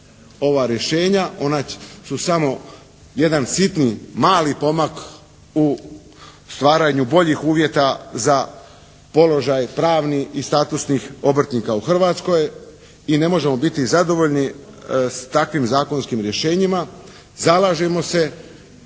ova rješenja. Ona su samo jedan sitni, mali pomak u stvaranju boljih uvjeta za položaj pravnih i statusnih obrtnika u Hrvatskoj. I ne možemo biti zadovoljni s takvim zakonskim rješenjima. Zalažemo se